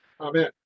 Amen